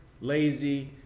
lazy